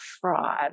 fraud